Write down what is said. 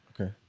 Okay